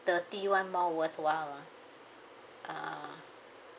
thirty [one] more worthwhile lah uh